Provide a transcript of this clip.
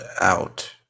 out